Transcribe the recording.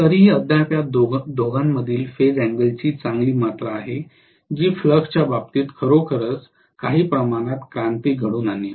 तरीही अद्याप या दोघांमधील फेज अँगलची चांगली मात्रा आहे जी फ्लक्स च्या बाबतीत खरोखर काही प्रमाणात क्रांती घडवून आणेल